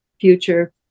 future